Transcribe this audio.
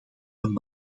een